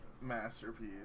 Masterpiece